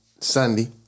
Sunday